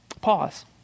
Pause